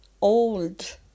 old